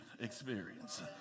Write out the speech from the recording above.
experience